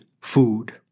food